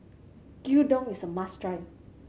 gyudon is a must try